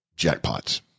jackpots